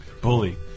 Bully